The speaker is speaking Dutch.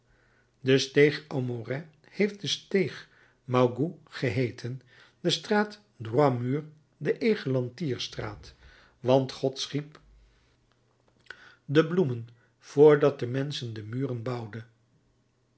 de steeg aumaurais heeft de steeg mougout geheeten de straat droit mur de